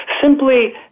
Simply